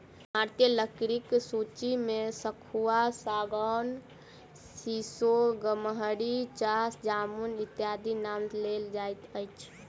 ईमारती लकड़ीक सूची मे सखुआ, सागौन, सीसो, गमहरि, चह, जामुन इत्यादिक नाम लेल जाइत अछि